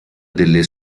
delle